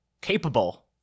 capable